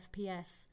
FPS